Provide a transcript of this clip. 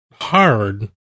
hard